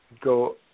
go